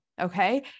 Okay